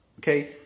Okay